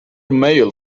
male